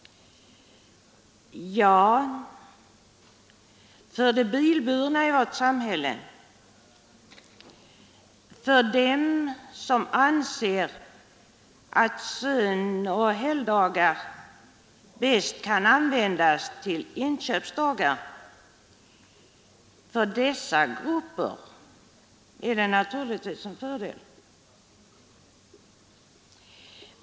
Ja, för de bilburna i vårt samhälle, för dem som anser att söndagar och helgdagar bäst kan användas till inköp är det naturligtvis en fördel.